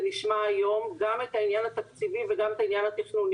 נשמע היום גם את העניין התקציבי וגם את התכנוני,